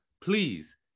please